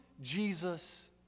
Jesus